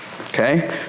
okay